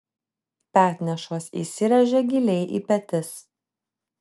petnešos įsiręžia giliai į petis